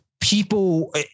people